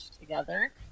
together